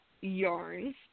yarns